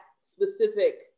specific